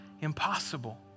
Impossible